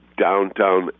downtown